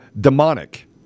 demonic